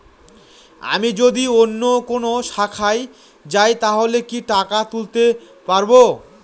আমি যদি অন্য কোনো শাখায় যাই তাহলে কি টাকা তুলতে পারব?